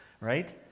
right